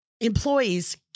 employees